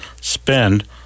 spend